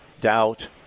doubt